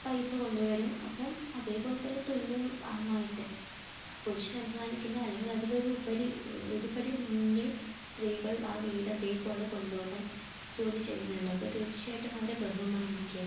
പൈസ കൊണ്ടുവരും അപ്പം അതുപോലെ തന്നെ തുല്യമായിട്ട് പുരുഷൻ അധ്വാനിക്കുന്ന അല്ലെങ്കിൽ അതിലൊരുപരി ഒരുപടി മുന്നിൽ സ്ത്രീകൾ ആ വീട് അതുപോലെ കൊണ്ടുപോകാൻ ജോലി ചെയ്യുന്നുണ്ട് അപ്പോൾ തീർച്ചയായിട്ടും അവരെ ബഹുമാനിക്കുക